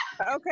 Okay